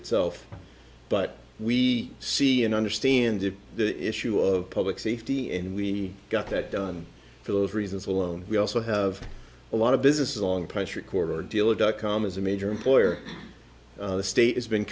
itself but we see and understand the issue of public safety and we got that done for those reasons alone we also have a lot of business on pressure quarter deal dot com is a major employer the state has been